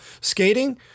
skating